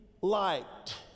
liked